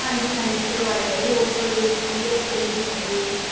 ਹਾਂਜੀ ਹਾਂਜੀ ਪ੍ਰੋਵਾਈਡ ਆ ਜੀ ਹੋਸਟਲ ਦੇ ਵਿੱਚ ਵਧੀਆ ਫਸਿਲਟੀਸ ਹੈਗੀਆਂ ਜੀ